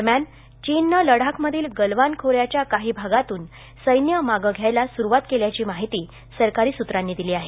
दरम्यान चीननं लडाखमधील गलवान खोऱ्याच्या काही भागातून सैन्य मागं घ्यायला सुरुवात केल्याची माहिती सरकारी सूत्रांनी दिली आहे